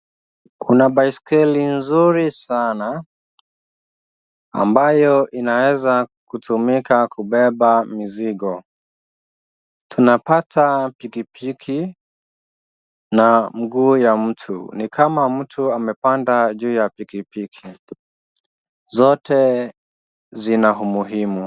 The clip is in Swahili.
Kuna baiskeli nzuri sana ambayo inaeza kutumika kubeba mizigo. Tunapata pikipiki na mguu ya mtu, ni kama mtu amepanda juu ya pikipiki. Zote zina umuhimu.